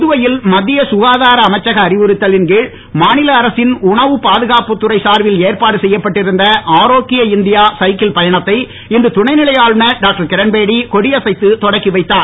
புதுவையில் மத்திய சுகாதார அமைச்சக அறிவுறுத்தலின் கீழ் மாநில அரசின் உணவு பாதுகாப்புத்துறை சார்பில் ஏற்பாடு செய்யப்பட்டிருந்த ஆரோக்கிய இந்தியா சைக்கிள் பயணத்தை இன்று துணைநிலை ஆளுநர் டாக்டர் கிரண்பேடி கொடியசைத்து தொடக்கி வைத்தார்